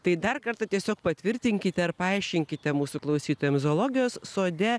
tai dar kartą tiesiog patvirtinkite ar paaiškinkite mūsų klausytojams zoologijos sode